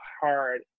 hard